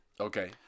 Okay